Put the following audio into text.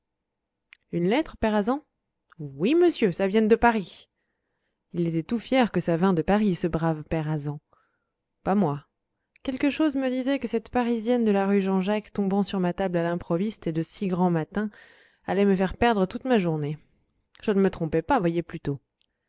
une lettre père azan oui monsieur ça vient de paris il était tout fier que ça vînt de paris ce brave père azan pas moi quelque chose me disait que cette parisienne de la rue jean-jacques tombant sur ma table à l'improviste et de si grand matin allait me faire perdre toute ma journée je ne me trompais pas voyez plutôt